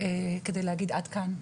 כדי להגיד: עד כאן.